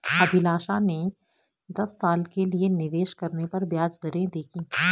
अभिलाषा ने दस साल के लिए निवेश करने पर ब्याज दरें देखी